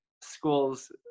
schools